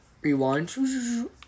Rewind